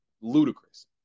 ludicrous